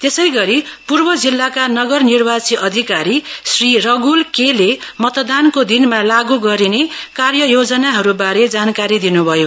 त्यसैगरि पूर्व जिल्लाका नगर निर्वाची अधिकारी श्री रगुल के ले मतदानको दिनमा लाग् गरिने कार्ययोजनाहरूबारे जानकारी दिनुभयो